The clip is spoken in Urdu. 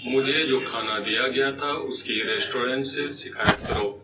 مجھے جو کھانا دیا گیا تھا اس کی ریسٹورنٹ سے شکایت کرو